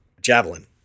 javelin